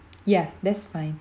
yeah that's fine